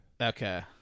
Okay